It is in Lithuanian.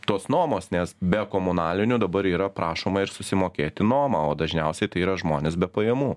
tos nuomos nes be komunalinių dabar yra prašoma ir susimokėti nuomą o dažniausiai tai yra žmonės be pajamų